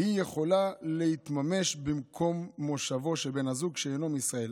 והיא יכולה להתממש במקום מושבו של בן הזוג שאינו מישראל.